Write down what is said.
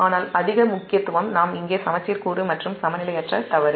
ஆனால் அதிக முக்கியத்துவம் நாம் இங்கே சமச்சீர் கூறு மற்றும் சமநிலையற்ற தவறு